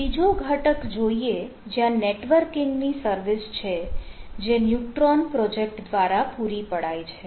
અહીં બીજો ઘટક જોઈએ જ્યાં નેટવર્કિંગ ની સર્વિસ છે જે ન્યુટ્રોન પ્રોજેક્ટ દ્વારા પુરી પડાય છે